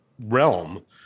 realm